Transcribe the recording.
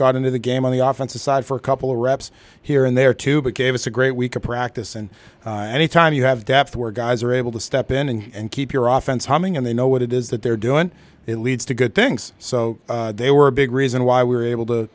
got into the game on the off chance aside for a couple reps here and there too but gave us a great week of practice and anytime you have depth where guys are able to step in and and keep your offense humming and they know what it is that they're doing it leads to good things so they were a big reason why we were able to